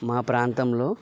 మా ప్రాంతంలో